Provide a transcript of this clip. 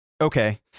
Okay